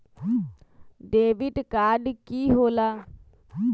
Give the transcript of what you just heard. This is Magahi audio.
डेबिट काड की होला?